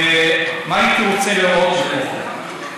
ומה הייתי רוצה לראות בתוכו?